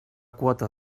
quota